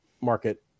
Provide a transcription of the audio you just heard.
market